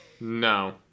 No